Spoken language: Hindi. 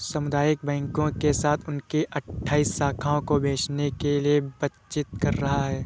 सामुदायिक बैंकों के साथ उनकी अठ्ठाइस शाखाओं को बेचने के लिए बातचीत कर रहा है